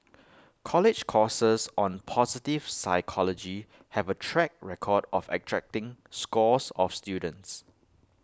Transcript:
college courses on positive psychology have A track record of attracting scores of students